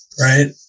right